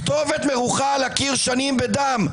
הכתובת מרוחה על הקיר שנים בדם.